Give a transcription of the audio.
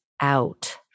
out